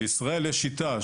בישראל יש שיטה,